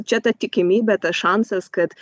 čia ta tikimybė tas šansas kad